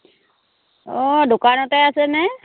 অ' দোকানতে আছেনে